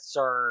Sir